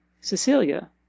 Cecilia